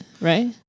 Right